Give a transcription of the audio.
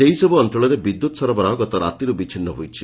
ସେହିସବୁ ଅଞଳରେ ବିଦ୍ୟୁତ୍ ସରବରାହ ଗତ ରାତିରୁ ବିଛିନ୍ନ ହୋଇଛି